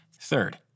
third